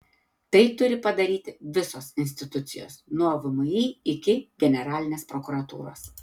tai turi padaryti visos institucijos nuo vmi iki generalinės prokuratūros